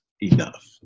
enough